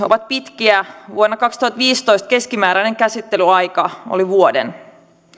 ovat pitkiä vuonna kaksituhattaviisitoista keskimääräinen käsittelyaika oli vuoden